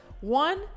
one